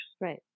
Right